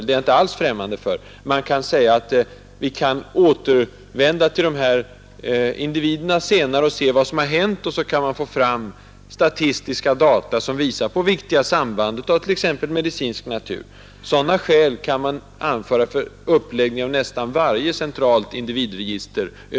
Det blir då möjligt att återvända till de registrerade personerna senare och se vad som hänt för att på det sättet få fram statistiska data som visar viktiga samband av t.ex. medicinsk natur. Sådana skäl kan anföras för uppläggningen av nästan varje centralt individregister.